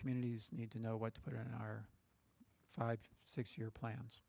communities need to know what to put on our five six year plans